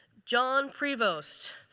john privost.